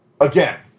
Again